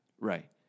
Right